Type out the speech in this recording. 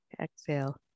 Exhale